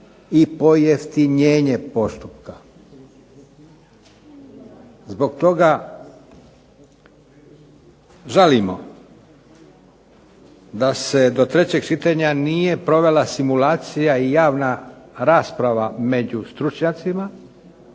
i pojeftinjenje postupka. Zbog toga žalimo da se do trećeg čitanja nije provela simulacija i javna rasprava među stručnjacima,